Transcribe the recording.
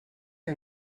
que